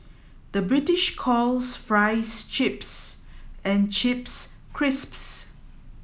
the British calls fries chips and chips crisps